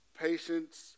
patience